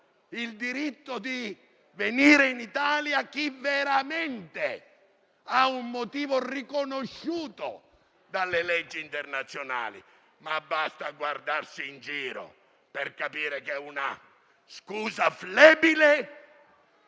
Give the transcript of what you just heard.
il diritto di venire in Italia a chi veramente ha un motivo riconosciuto dalle leggi internazionali. Basta guardarsi in giro per capire che è una scusa flebile